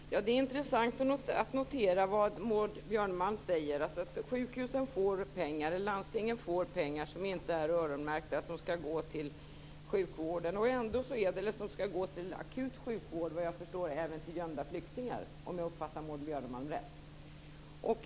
Fru talman! Det är intressant att notera vad Maud Björnemalm säger. Landstingen får pengar, som inte är öronmärkta, som skall gå till akut sjukvård - även av gömda flyktingar, om jag uppfattade Maud Björnemalm rätt.